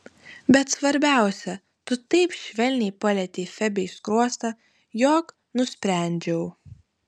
bet svarbiausia tu taip švelniai palietei febei skruostą jog nusprendžiau